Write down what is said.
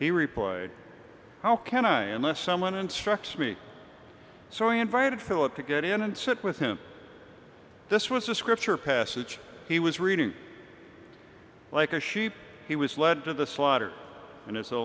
he replied how can i unless someone instructs me so i invited philip to get in and sit with him this was a scripture passage he was reading like a sheep he was led to the slaughter and is a